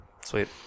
sweet